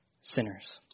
sinners